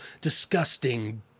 disgusting